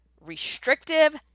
restrictive